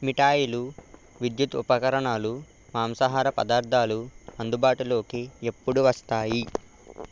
మిఠాయిలు విద్యుత్ ఉపగరణాలు మాంసాహార పదార్థాలు అందుబాటులోకి ఎప్పుడు వస్తాయి